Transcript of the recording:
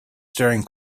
staring